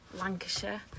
lancashire